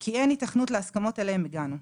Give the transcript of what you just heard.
- כי אין היתכנות להסכמות אליהן הגענו.